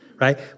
right